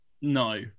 No